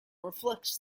reflects